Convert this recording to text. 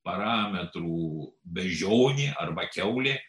parametrų beždžionė arba kiaulė